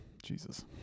Jesus